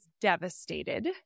devastated